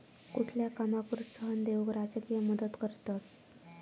कुठल्या कामाक प्रोत्साहन देऊक राजकीय मदत करतत